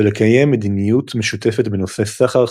ולקיים מדיניות משותפת בנושאי סחר,